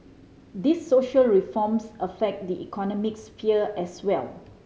these social reforms affect the economic sphere as well